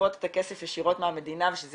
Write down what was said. לגבות את הכסף ישירות מהמדינה ושזה